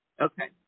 Okay